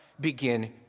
begin